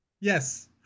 yes